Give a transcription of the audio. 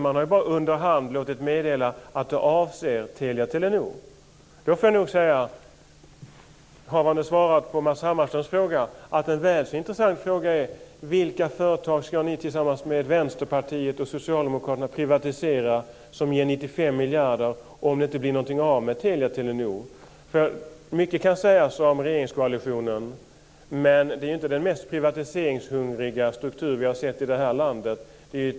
Man har under hand låtit meddela att det avser Telia-Telenor. En väl så intressant fråga är vilka företag ni tillsammans med Vänsterpartiet och Socialdemokraterna ska privatisera, som ger 95 miljarder, om det inte blir någonting av Telia-Telenor. Mycket kan sägas om regeringskoalitionen, men det är inte den mest privatiseringshungriga struktur vi har sett i det här landet.